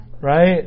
Right